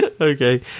okay